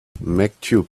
maktub